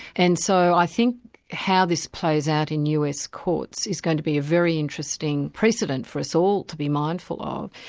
and so i think how this plays out in us courts is going to be a very interesting precedent for us all to be mindful of.